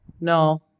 No